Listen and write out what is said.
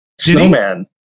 Snowman